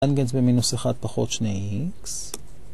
טנגנס במינוס 1 פחות שני x.